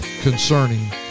concerning